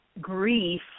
grief